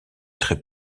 très